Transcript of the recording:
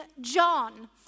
John